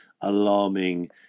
alarming